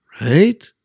right